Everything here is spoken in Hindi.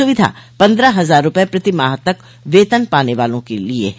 सुविधा पन्द्रह हजार रुपए प्रतिमाह तक वेतन पाने वालों के लिए है